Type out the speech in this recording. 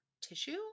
tissue